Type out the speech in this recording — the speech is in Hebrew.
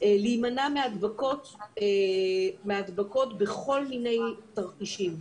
להימנע מהדבקות בכל מיני תרחישים.